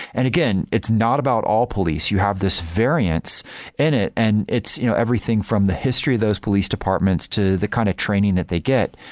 and again, it's not about all police. you have this variance in it and it's you know everything from the history of those police departments to the kind of training that they get.